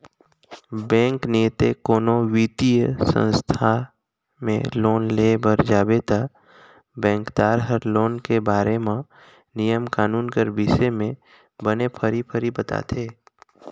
bank नइते कोनो बित्तीय संस्था में लोन लेय बर जाबे ता बेंकदार हर लोन के बारे म नियम कानून कर बिसे में बने फरी फरी बताथे